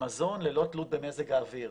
מזון ללא תלות במזג האוויר